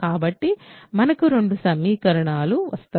కాబట్టి మనకు రెండు సమీకరణాలు వస్తాయి